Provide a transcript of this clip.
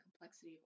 complexity